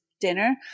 dinner